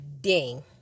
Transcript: ding